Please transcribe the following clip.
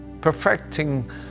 Perfecting